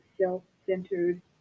self-centered